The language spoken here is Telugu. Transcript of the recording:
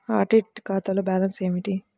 ఆడిట్ ఖాతాలో బ్యాలన్స్ ఏమిటీ?